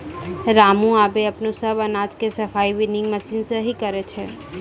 रामू आबॅ अपनो सब अनाज के सफाई विनोइंग मशीन सॅ हीं करै छै